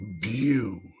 view